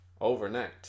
overnight